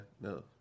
No